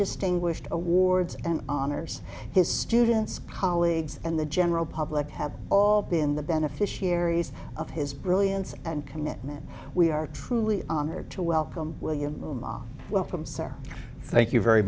distinguished awards and honors his students colleagues and the general public have all been the beneficiaries of his brilliance and commitment we are truly honored to welcome william will ma welcome sir thank you very